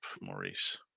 Maurice